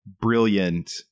brilliant